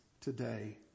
today